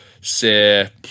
say